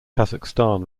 kazakhstan